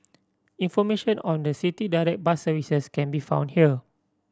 information on the City Direct bus services can be found here